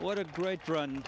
what a great run